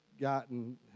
gotten